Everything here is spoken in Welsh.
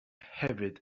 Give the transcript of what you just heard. hefyd